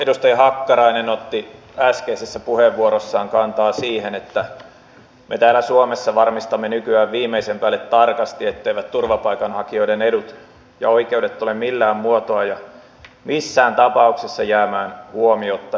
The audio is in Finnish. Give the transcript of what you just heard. edustaja hakkarainen otti äskeisessä puheenvuorossaan kantaa siihen että me täällä suomessa varmistamme nykyään viimeisen päälle tarkasti etteivät turvapaikanhakijoiden edut ja oikeudet tule millään muotoa ja missään tapauksessa jäämään huomiotta